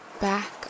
back